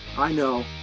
i know